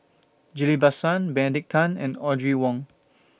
Ghillie BaSan Benedict Tan and Audrey Wong